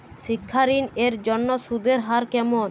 শিক্ষা ঋণ এর জন্য সুদের হার কেমন?